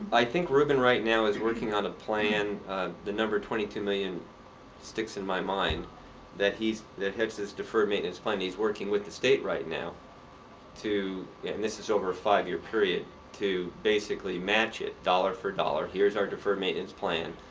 i think reuben right now is working on a plan the number twenty two million sticks in my mind that he's that has this deferred maintenance fund. he's working with the state right now to and this is over a five-year period to basically match it dollar for dollar. here's our deferred maintenance plan,